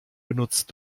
benutzt